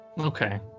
Okay